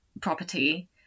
property